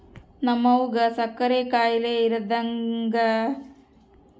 ನಮ್ವಗ ಸಕ್ಕರೆ ಖಾಯಿಲೆ ಇರದಕ ಡಾಕ್ಟರತಕ ಸಲಹೆ ತಗಂಡು ಜಾಂಬೆಣ್ಣು ಕೊಡ್ತವಿ